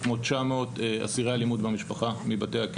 מבתי הכלא כ-900 אסירי אלימות במשפחה.